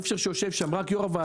אי אפשר שיושב שם רק יושב-ראש המהפכה.